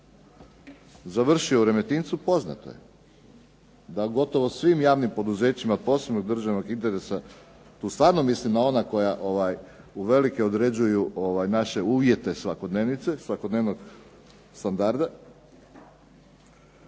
završio u Remetincu poznato je. Da gotovo u svim javnim poduzećima od posebno državnog interesa tu stvarno mislim na ona koja uvelike određuju naše uvjete svakodnevnog standarda,